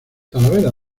talavera